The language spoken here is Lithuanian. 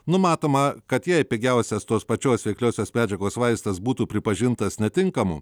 numatoma kad jei pigiausias tos pačios veikliosios medžiagos vaistas būtų pripažintas netinkamu